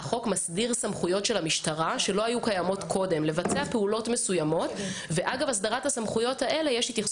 ואתם יכולים לראות שהמשטרה יודעת לקבל ביקורת ובהחלט יש הפחתה